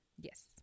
Yes